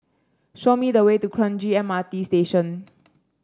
show me the way to Kranji M R T Station